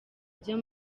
byo